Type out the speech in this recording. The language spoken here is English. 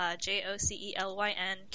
J-O-C-E-L-Y-N